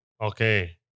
Okay